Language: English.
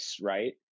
right